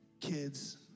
kids